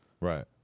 Right